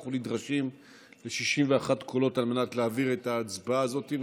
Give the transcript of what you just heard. ואנחנו נדרשים ל-61 קולות להעביר את ההצעה הזאת.